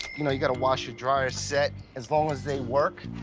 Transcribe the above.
you know, you got a washer dryer set. as long as they work,